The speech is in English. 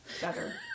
better